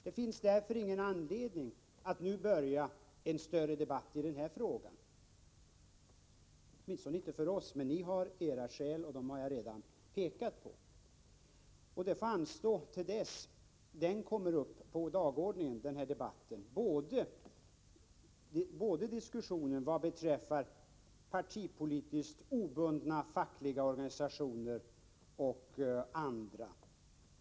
Det finns därför ingen anledning att nu föra en större debatt i frågan — åtminstone inte för oss, men ni har era skäl, och dem har jag redan pekat på. Diskussionen vad beträffar både partipolitiskt obundna fackliga organisationer och andra får anstå till dess att den debatten kommer upp på dagordningen.